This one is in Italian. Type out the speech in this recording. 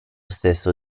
stesso